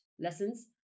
lessons